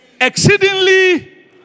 Exceedingly